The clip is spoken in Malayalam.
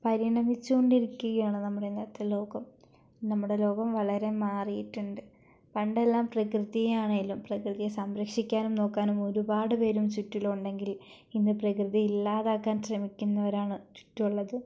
പരിണമിച്ചുകൊണ്ടിരിക്കുകയാണ് നമ്മുടെ ഇന്നത്തെ ലോകം നമ്മുടെ ലോകം വളരെ മാറിയിട്ടുണ്ട് പണ്ടെല്ലാം പ്രകൃതിയെ ആണെങ്കിലും പ്രകൃതിയെ സംരക്ഷിക്കാനും നോക്കാനും ഒരുപാട് പേരും ചുറ്റിലും ഉണ്ടെങ്കിൽ ഇന്ന് പ്രകൃതി ഇല്ലാതാക്കാൻ ശ്രമിക്കുന്നവരാണ് ചുറ്റും ഉള്ളത്